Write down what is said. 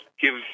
give